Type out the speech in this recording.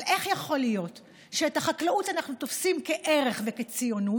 אבל איך יכול להיות שאת החקלאות אנחנו תופסים כערך וכציונות,